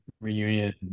reunion